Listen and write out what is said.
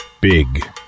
Big